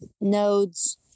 nodes